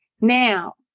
now